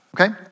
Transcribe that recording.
okay